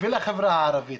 ולחברה הערבית,